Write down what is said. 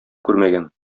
күрмәгән